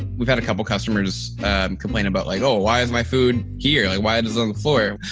we've had a couple customers complain about like, oh, why is my food here? why it is on the floor.